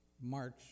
March